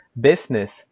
business